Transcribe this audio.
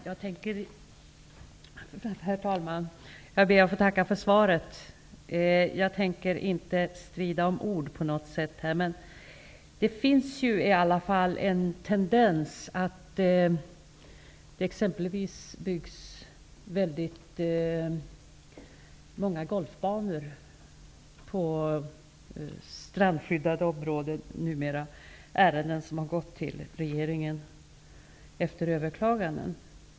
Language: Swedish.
Herr talman! Jag ber att få tacka för svaret. Jag tänker inte strida om ord på något sätt, men det finns i alla fall en tendens att det byggs väldigt många golfbanor på strandskyddade områden numera, ärenden som har gått till regeringen efter överklaganden.